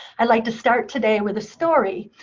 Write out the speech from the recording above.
i'd like to start today with a story.